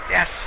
Yes